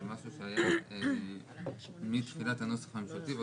זה משהו שהיה מתחילת הנוסח הממשלתי.